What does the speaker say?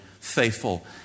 faithful